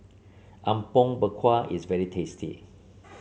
Apom Berkuah is very tasty